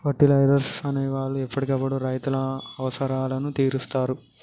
fertilisers అనే వాళ్ళు ఎప్పటికప్పుడు రైతుల అవసరాలను తీరుస్తారు